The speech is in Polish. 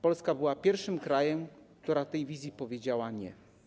Polska była pierwszym krajem, który tej wizji powiedział: nie.